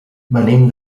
venim